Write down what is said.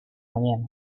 mañana